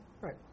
Right